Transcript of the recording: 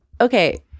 Okay